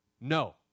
no